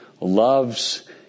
loves